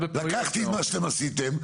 לקחתי את מה שאתם עשיתם,